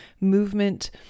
movement